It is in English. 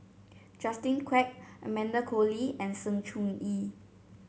Justin Quek Amanda Koe Lee and Sng Choon Yee